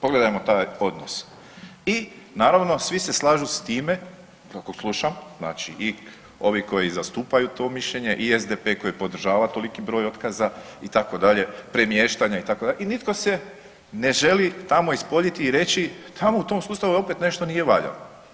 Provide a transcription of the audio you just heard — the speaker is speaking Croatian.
Pogledajmo taj odnos i naravno svi se slažu s time kako slušam znači i ovi koji zastupaju to mišljenje i SDP koji podržava toliki broj otkaza itd., premještanje itd. i nitko se ne želi tamo ispoljiti i reći tamo u tom sustavu opet nešto nije valjalo.